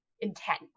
intent